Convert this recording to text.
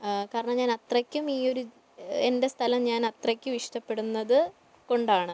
കാരണം ഞാൻ അത്രയ്ക്കും ഈയൊരു എൻ്റെ സ്ഥലം ഞാൻ അത്രയ്ക്കും ഇഷ്ടപ്പെടുന്നത് കൊണ്ടാണ്